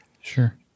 Sure